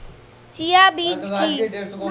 Chia বীজ কী?